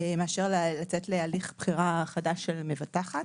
מאשר לצאת להליך בחירה חדש של מבטחת.